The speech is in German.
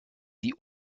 die